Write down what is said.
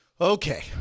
okay